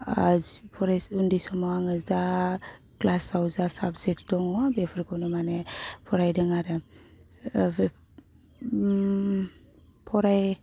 उन्दै समाव आङो जा क्लासाव जाबजेकस दङ बेफोरखौनो माने फरायदों आरो बे फराय